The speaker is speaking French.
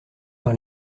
par